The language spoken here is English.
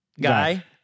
guy